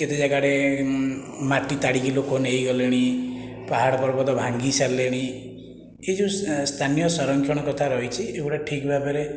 କେତେ ଯାଗାରେ ମାଟି ତାଡ଼ିକି ଲୋକ ନେଇଗଲେଣି ପାହାଡ଼ ପର୍ବତ ଭାଙ୍ଗି ସାରିଲେଣି ଏହି ଯେଉଁ ସ୍ଥାନୀୟ ସଂରକ୍ଷଣ କଥା ରହିଛି ଏଗୁଡ଼ା ଠିକ ଭାବରେ